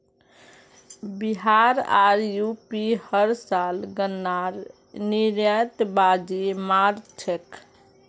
बिहार आर यू.पी हर साल गन्नार निर्यातत बाजी मार छेक